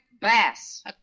bass